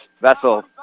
Vessel